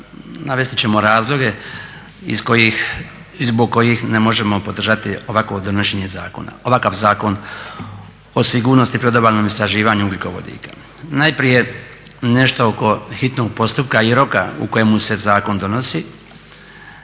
navesti ćemo razloge zbog kojih ne možemo podržati ovakvo donošenje zakona, ovakav Zakon o sigurnosti i predobalnom istraživanju ugljikovodika. Najprije nešto oko hitnog postupka i roka u kojemu se zakon donosi.